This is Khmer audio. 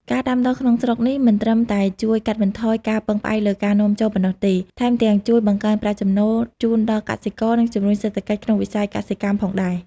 ការដាំដុះក្នុងស្រុកនេះមិនត្រឹមតែជួយកាត់បន្ថយការពឹងផ្អែកលើការនាំចូលប៉ុណ្ណោះទេ ថែមទាំងជួយបង្កើនប្រាក់ចំណូលជូនដល់កសិករ និងជំរុញសេដ្ឋកិច្ចក្នុងវិស័យកសិកម្មផងដែរ។